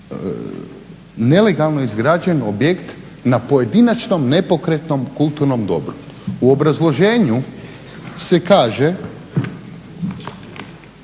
nelegalno izgrađeni objekt na pojedinačnom nepokretnom kulturnom dobru. U obrazloženju se kaže